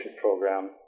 program